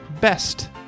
best